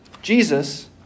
Jesus